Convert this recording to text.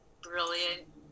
brilliant